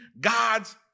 God's